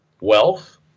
wealth